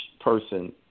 person